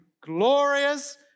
glorious